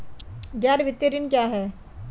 गैर वित्तीय ऋण क्या है?